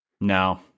No